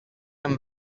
and